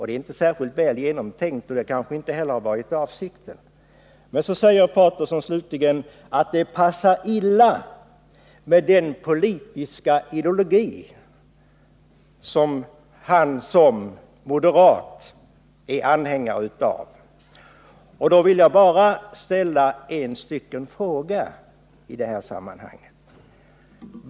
Det är inte särskilt väl genomtänkt, och det har kanske inte heller varit avsikten. Men så säger herr Paterson slutligen att detta passar illa med den politiska ideologi som han som moderat är anhängare av. Då vill jag bara ställa en fråga i detta sammanhang.